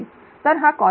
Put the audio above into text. तर हाcos2